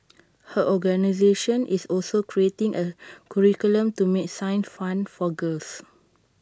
her organisation is also creating A curriculum to make science fun for girls